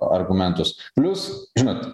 argumentus plius žinot